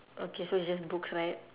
okay so it's just books right